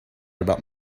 about